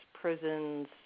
prisons